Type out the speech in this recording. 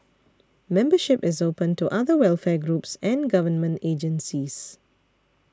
membership is open to other welfare groups and government agencies